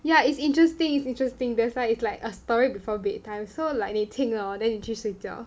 yeah it's interesting it's interesting that's why is like a story before bedtime so like lor then 你去睡觉